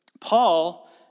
Paul